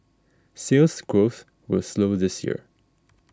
Sales Growth will slow this year